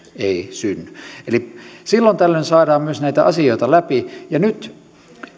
ei synny eli silloin tällöin saadaan myös näitä asioita läpi nyt